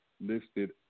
listed